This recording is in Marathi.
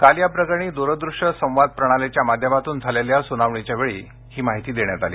काल या प्रकरणी द्रदृष्य संवाद प्रणालीच्या माध्यमातून झालेल्या स्नावणीच्या वेळी ही माहिती देण्यात आली